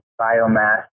biomass